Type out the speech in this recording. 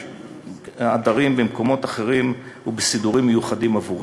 העדרים במקומות אחרים ובסידורים מיוחדים עבורם,